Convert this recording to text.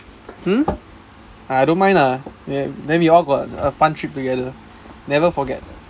!huh! I don't mind lah ya then we all got a fun trip together never forget